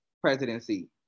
presidency